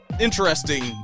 interesting